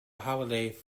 holiday